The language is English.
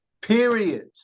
period